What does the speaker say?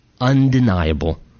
undeniable